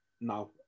now